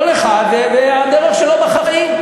כל אחד והדרך שלו בחיים.